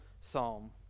psalm